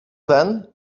then